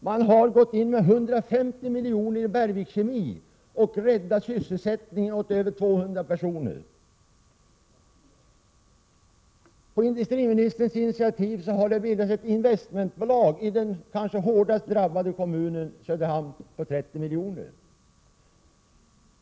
Man har gått in med ungefär 150 miljoner i Bergvik Kemi och räddat sysselsättningen åt över 200 personer. På industriministerns initiativ har det bildats ett investmentbolag i den kanske hårdast drabbade kommunen, Söderhamn, för 30 miljoner.